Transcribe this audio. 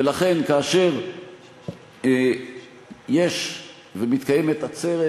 ולכן, כאשר יש ומתקיימת עצרת